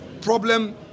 problem